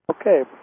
Okay